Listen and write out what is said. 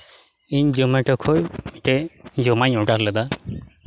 ᱤᱧ ᱡᱚᱢᱮᱴᱳ ᱠᱷᱚᱡ ᱢᱤᱫᱴᱮᱡ ᱡᱚᱢᱟᱜ ᱤᱧ ᱚᱰᱟᱨ ᱞᱮᱫᱟ